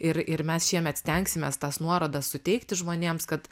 ir ir mes šiemet stengsimės tas nuorodas suteikti žmonėms kad